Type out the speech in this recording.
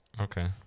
Okay